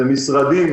זה משרדים,